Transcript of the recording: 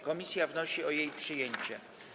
Komisja wnosi o jej przyjęcie.